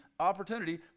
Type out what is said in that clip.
Opportunity